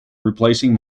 replacing